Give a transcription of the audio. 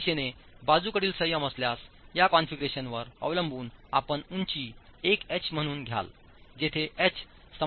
या दिशेने बाजूकडील संयम असल्यास या कॉन्फिगरेशनवर अवलंबून आपण उंची 1 एच म्हणून घ्याल जेथे h स्तंभची उंचीच आहे